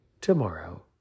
tomorrow